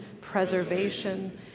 preservation